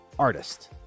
artist